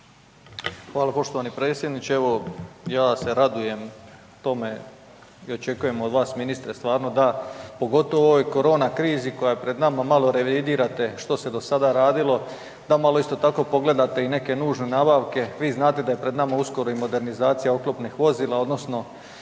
Hvala poštovani predsjedniče. Evo, ja se radujem tome i očekujem od vas ministre stvarno da, pogotovo u ovoj korona krizi koja je pred nama, malo revidirate što se do sada radilo, da malo isto tako pogledate i neke nužne nabavke, vi znate da je pred nama uskoro i modernizacija oklopnih vozila odnosno